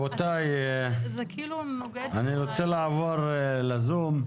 רבותיי, אני רוצה לעבור לזום.